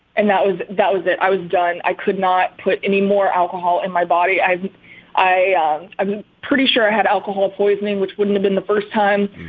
and that was that was it. i was done. i could not any more alcohol in my body. i i ah um i'm pretty sure i had alcohol poisoning, which wouldn't have been the first time.